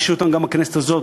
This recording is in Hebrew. היא מונחת גם בכנסת הזאת,